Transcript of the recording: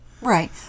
Right